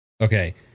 okay